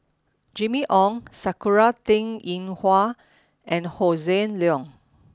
Jimmy Ong Sakura Teng Ying Hua and Hossan Leong